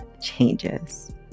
changes